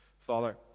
Father